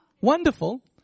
Wonderful